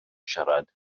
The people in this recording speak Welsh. siarad